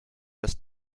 das